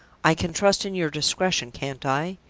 i can trust in your discretion, can't i?